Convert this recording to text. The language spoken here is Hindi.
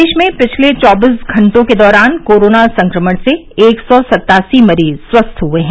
प्रदेश में पिछले चौबीस घटों के दौरान कोरोना संक्रमण से एक सौ सत्तासी मरीज स्वस्थ हुए हैं